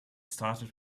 started